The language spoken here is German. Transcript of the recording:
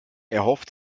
erhofft